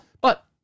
But-